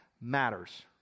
matters